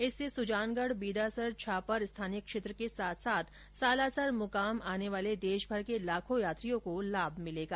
इससे सुजानगढ़ बीदासर छापर स्थानीय क्षेत्र के साथ साथ सालासर मुकाम आने वाले देशमर के लाखो यात्रियों को लाभ मिल सकेगा